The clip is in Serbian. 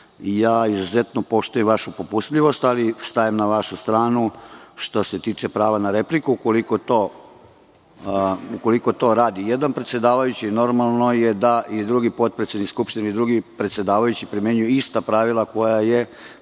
ja izuzetno poštujem vašu popustljivost, ali stajem na vašu stranu, što se tiče prava na repliku i ukoliko to radi jedan predsedavajući, normalno je da i drugi potpredsednik Skupštine i drugi predsedavajući primenjuje ista pravila koja je